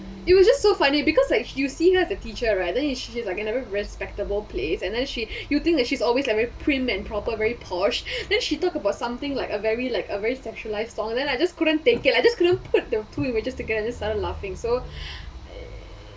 it was just so funny because like you see her as a teacher right then you see her in a very respectable place and then she you think that she's always like very prim and proper very posh then she talk about something like a very like a very sexualize song and then I just couldn't take it I just couldn't put the two images together and just started laughing so